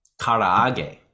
karaage